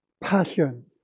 passion